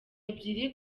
ebyiri